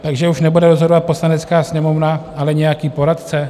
Takže už nebude rozhodovat Poslanecká sněmovna, ale nějaký poradce?